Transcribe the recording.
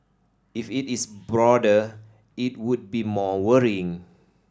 if it is broader it would be more worrying